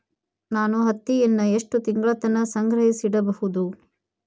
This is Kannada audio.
ನಾನು ಹತ್ತಿಯನ್ನ ಎಷ್ಟು ತಿಂಗಳತನ ಸಂಗ್ರಹಿಸಿಡಬಹುದು?